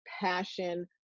passion